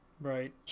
Right